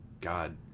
God